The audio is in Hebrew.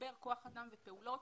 לתגבר כוח אדם ופעולות,